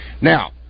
Now